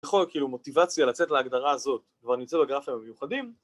יכול כאילו מוטיבציה לצאת להגדרה הזאת, כבר נמצא בגרפים המיוחדים